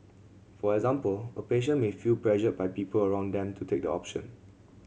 for example a patient may feel pressured by people around them to take the option